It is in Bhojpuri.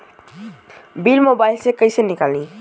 बिल मोबाइल से कईसे निकाली?